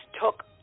took